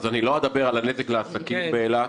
אז אני לא אדבר על הנזק לעסקים באילת,